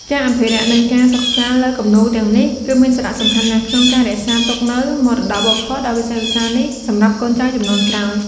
ការអភិរក្ស និងការសិក្សាលើគំនូរទាំងនេះ គឺមានសារៈសំខាន់ណាស់ក្នុងការរក្សាទុកនូវមរតកវប្បធម៌ដ៏វិសេសវិសាលនេះសម្រាប់កូនចៅជំនាន់ក្រោយ។